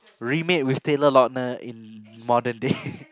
remade with Taylor-Lautner in modern day